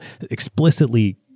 explicitly